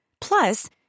plus